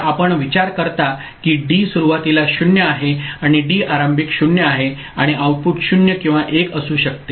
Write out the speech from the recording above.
तर आपण विचार करता की डी सुरुवातीला 0 आहे डी आरंभिक 0 आहे आणि आउटपुट 0 किंवा 1 असू शकते